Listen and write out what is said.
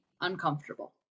uncomfortable